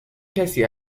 کسی